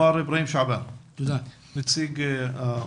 מר אברהים שעבאן, נציג התושבים.